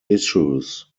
issues